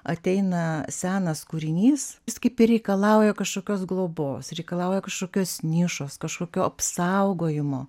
ateina senas kūrinys jis kaip ir reikalauja kažkokios globos reikalauja kažkokios nišos kažkokio apsaugojimo